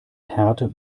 härte